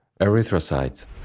erythrocytes